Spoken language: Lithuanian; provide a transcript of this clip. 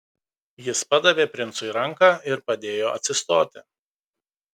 jis padavė princui ranką ir padėjo atsistoti